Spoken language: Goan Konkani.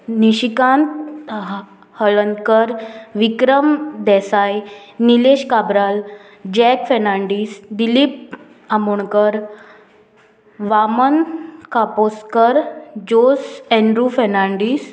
निशिकांत हा हळनकर विक्रम देसाय निलेश काबराल जॅक फेनांडीस दिलीप आमोणकर वामन कापोस्कर जोस एन्ड्रू फेनांडीस